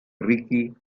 ricky